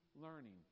learning